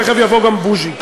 תכף יבוא גם בוז'י.